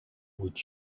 would